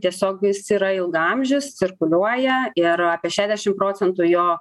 tiesiog jis yra ilgaamžis cirkuliuoja ir apie šedešim procentų jo